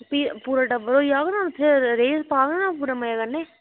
ते फी पूरा टब्बर होई जाह्ग ना रेही पाग ना पूरा मजे कन्नै